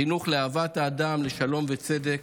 חינוך לאהבת האדם, לשלום וצדק,